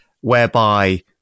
whereby